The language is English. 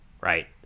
right